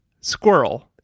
Squirrel